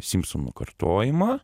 simpsonų kartojimą